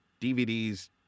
DVDs